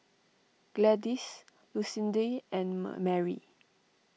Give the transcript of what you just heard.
Gladys Lucindy and Mary